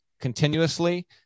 continuously